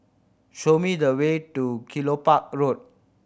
show me the way to Kelopak Road